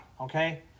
okay